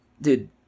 Dude